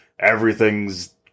everything's